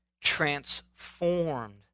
transformed